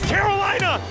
Carolina